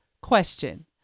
question